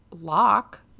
lock